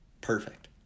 Perfect